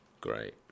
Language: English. Great